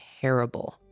terrible